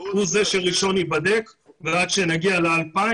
הוא זה שייבדק ראשון עד שנגיע ל-2,00.